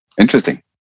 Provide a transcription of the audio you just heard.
Interesting